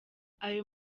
ayo